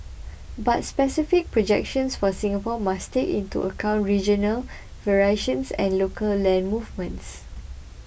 but specific projections for Singapore must take into account regional variations and local land movements